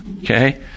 Okay